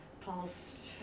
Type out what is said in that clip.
Paul's